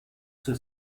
zur